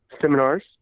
seminars